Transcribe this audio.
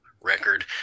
record